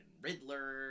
Riddler